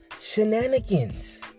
shenanigans